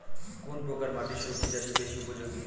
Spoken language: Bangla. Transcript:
কোন প্রকার মাটি সবজি চাষে বেশি উপযোগী?